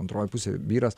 antroji pusė vyras